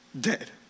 dead